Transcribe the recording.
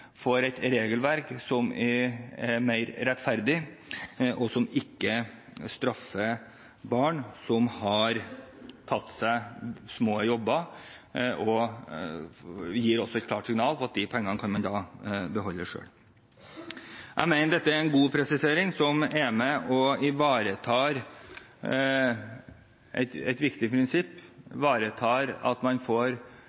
et regelverk som er mer rettferdig, og som ikke straffer barn som har tatt seg små jobber. Det gir også et klart signal om at disse pengene kan barna beholde selv. Jeg mener dette er en god presisering, som er med på å ivareta et viktig prinsipp, og det ivaretar at man får